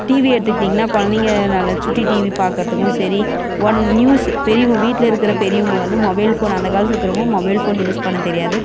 TV எடுத்துகிட்டிங்னா குழந்தைங்க நல்லா சுட்டி டிவி பாக்கிறதுக்கும் சரி ஒன் நியூஸு பெரியவங்க வீட்டில் இருக்கிற பெரியவங்க வந்து மொபைல் ஃபோன் அந்த காலத்தில் இருக்கறவங்க மொபைல் ஃபோன் யூஸ் பண்ண தெரியாது